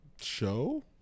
Show